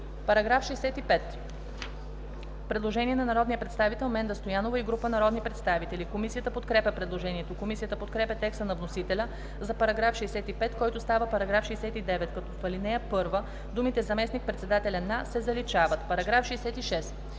По § 65 има предложение на народния представител Менда Стоянова и група народни представители. Комисията подкрепя предложението. Комисията подкрепя текста на вносителя за § 65, който става § 69, като в ал. 1 думите „заместник-председателя на“ се заличават. Комисията